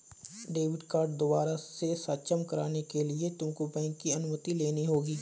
debit card दोबारा से सक्षम कराने के लिए तुमको बैंक की अनुमति लेनी होगी